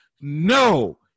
No